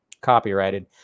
copyrighted